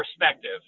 perspective